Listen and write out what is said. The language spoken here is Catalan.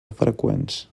freqüents